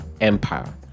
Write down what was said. empire